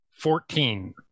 Fourteen